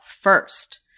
first